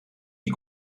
die